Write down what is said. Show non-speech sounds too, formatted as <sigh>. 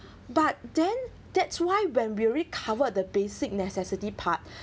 but then that's why when we recovered the basic necessity part <breath>